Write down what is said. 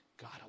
God